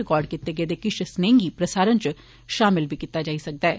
record कीते गेदे किश संदेशें गी प्रसारण च षामल बी किता जाई सकदा ऐ